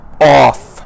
off